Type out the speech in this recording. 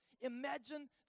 Imagine